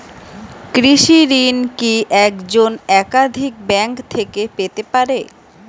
কৃষিঋণ কি একজন একাধিক ব্যাঙ্ক থেকে পেতে পারে?